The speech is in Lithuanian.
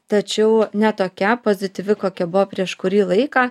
tačiau ne tokia pozityvi kokia buvo prieš kurį laiką